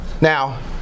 Now